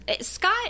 Scott